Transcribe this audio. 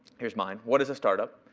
here's mine what is a startup?